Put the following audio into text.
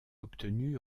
obtenu